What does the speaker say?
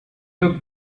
took